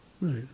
right